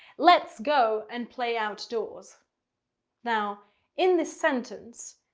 let's go and play outdoors now in this sentence,